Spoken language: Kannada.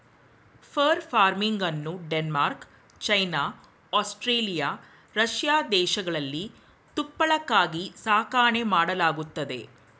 ಫರ್ ಫಾರ್ಮಿಂಗನ್ನು ಡೆನ್ಮಾರ್ಕ್, ಚೈನಾ, ಆಸ್ಟ್ರೇಲಿಯಾ, ರಷ್ಯಾ ದೇಶಗಳಲ್ಲಿ ತುಪ್ಪಳಕ್ಕಾಗಿ ಸಾಕಣೆ ಮಾಡಲಾಗತ್ತದೆ